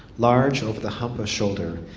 large over the hump of shoulder.